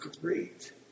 great